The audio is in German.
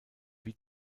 wie